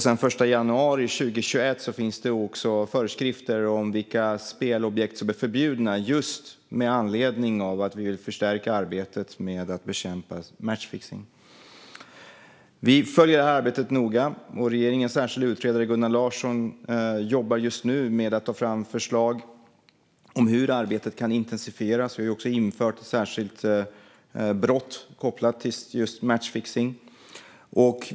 Sedan den 1 januari 2021 finns det också föreskrifter om vilka spelobjekt som är förbjudna just med anledning av att vi vill förstärka arbetet med att bekämpa matchfixning. Vi följer det här arbetet noga, och regeringens särskilda utredare Gunnar Larsson jobbar just nu med att ta fram förslag om hur arbetet kan intensifieras. Vi har också infört ett särskilt brott kopplat till just matchfixning.